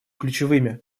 ключевыми